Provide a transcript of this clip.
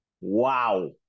Wow